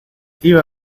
iba